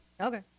Okay